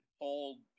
hold